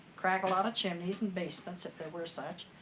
crack a lot of chimneys and basements, if there were such,